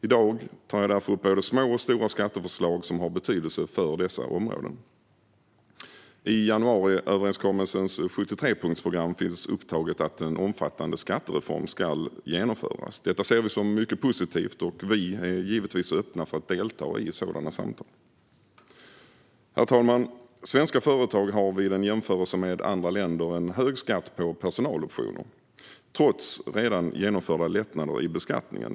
I dag tar jag därför upp både små och stora skatteförslag som har betydelse för dessa områden. I januariöverenskommelsens 73-punktsprogram finns upptaget att en omfattande skattereform ska genomföras. Detta ser vi som mycket positivt, och vi är givetvis öppna för att delta i sådana samtal. Herr talman! Svenska företag har vid en jämförelse med andra länder en hög skatt på personaloptioner, trots redan genomförda lättnader i beskattningen.